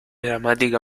dramática